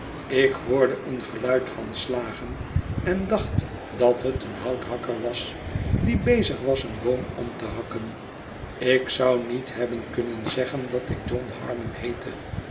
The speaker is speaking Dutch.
ik hoorde een geluid van slagen en dacht dat het een houthakker was die bezig was een boom om te hakken ik zou niet hebben kunnen zeggen dat ik john harmon heette